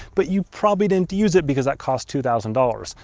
but you probably didn't use it because that cost two thousand dollars!